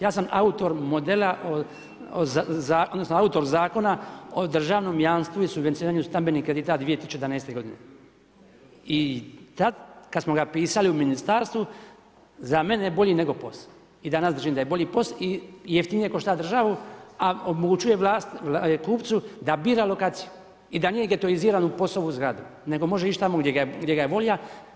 Ja sam autor modela odnosno autor Zakona o državnom jamstvu i subvencioniranju stambenih kredita 2011. godine i tad kada smo ga pisali u ministarstvu za mene je bolji nego POS i danas držim da je bolji POS i jeftinije košta državu, a omogućuje kupcu da bira lokaciju i da nije getoiziran u POS-ovoj zgradi nego može ići tamo gdje ga je volja.